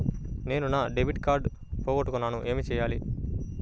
నేను నా debit card పోగొట్టుకున్నాను ఏమి చేయాలి?